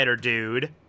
dude